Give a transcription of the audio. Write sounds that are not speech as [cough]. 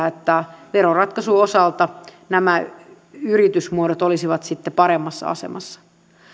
[unintelligible] että veroratkaisun osalta nämä yritysmuodot olisivat sitten paremmassa asemassa